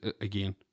again